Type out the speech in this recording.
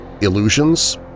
illusions